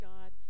God